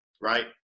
right